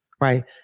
Right